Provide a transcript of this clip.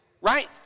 Right